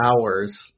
hours –